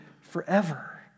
forever